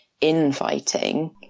infighting